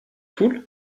foule